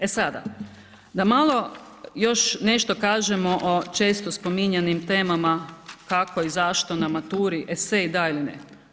E sada, da malo još nešto kažemo o često spominjanim temama kako i zašto na maturi, esej, da ili ne.